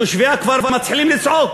תושבי הכפר מתחילים לצעוק,